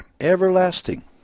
Everlasting